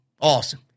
Awesome